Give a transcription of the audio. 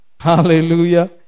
Hallelujah